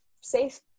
safe